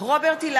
(קוראת בשמות חברי הכנסת) רוברט אילטוב,